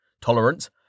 Tolerance